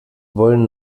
wollen